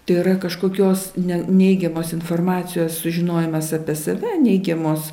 tai yra kažkokios ne neigiamos informacijos sužinojimas apie save neigiamos